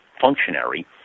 functionary